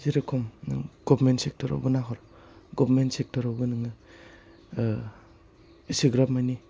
जेरिखम नों गभमेन्त सेक्टरावबो नाहर गभमेन्ट सेक्टरावबो नोङो ओह इसिग्राब मानि